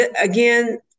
again